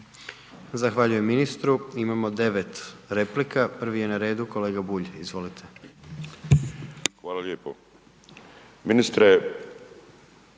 Zahvaljujem ministru. Imamo 9 replika, prvi je na redu kolega Bulj. Izvolite. **Bulj, Miro